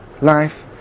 life